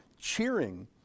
cheering